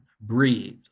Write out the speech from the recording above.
breathe